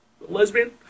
lesbian